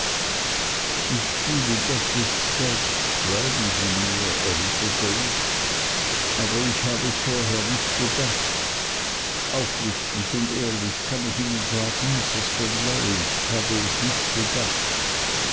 ich fühle das jetzt selbst glauben sie mir erwiderte ich aber ich habe es vorher nie bedacht aufrichtig und ehrlich kann ich ihnen sagen mr spenlow ich habe es nicht bedacht